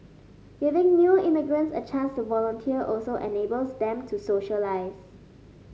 giving new immigrants a chance to volunteer also enables them to socialize